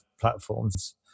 platforms